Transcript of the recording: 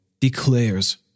declares